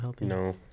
No